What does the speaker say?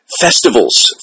Festivals